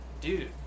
dude